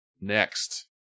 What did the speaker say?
Next